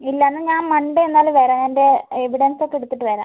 ഇല്ല എന്നാൽ ഞാൻ മൺഡേ എന്നാൽ വരാം എന്റെ എവിഡൻസ് ഒക്കെ എടുത്തിട്ട് വരാം